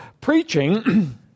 preaching